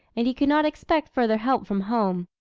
and he could not expect further help from home.